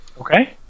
Okay